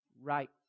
Right